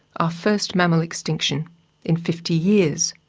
our first mammal extinction in fifty years.